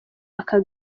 aka